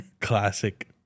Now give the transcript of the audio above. Classic